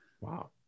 Wow